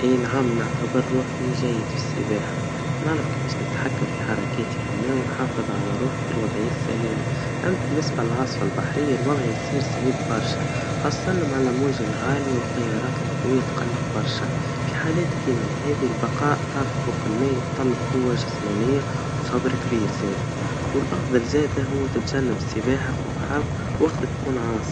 إي نعم, نعتبر روحي جيد في السباحا, نعرف عيفاش نتحكم في حركااتي في الما, ونحافظ على روحي في الوضع السليم, أم بالنسبة للعاصفا البحريا, الوضع يصير صعيب برشا, خاصةً مع الامواج العاليا والتيارات القويا تقلق برشا, في حالات كيما هذي, البقاء طافي فوق الميا يتطلب قوا جسمانيا وصبر كبير زادا, والأفضل زادا, هوا تتجنب السباحا في البحر وقت تكون عاصفا.